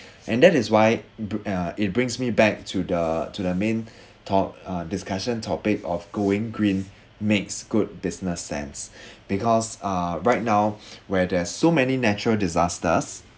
and that is why b~ uh it brings me back to the to the main to~ uh discussion topic of going green makes good business sense because uh right now where there's so many natural disaster